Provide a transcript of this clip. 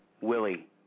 Willie